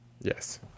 Yes